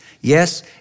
Yes